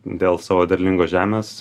dėl savo derlingos žemės